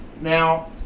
Now